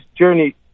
journey